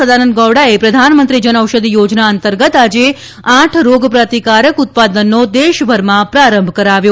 સદાનંદ ગૌડાએ પ્રધાનમંત્રી જનઔષધિ યોજના અંતર્ગત આજે આઠ રોગપ્રતિકારક ઉત્પાદનનો દેશભરમાં પ્રારંભ કરાવ્યો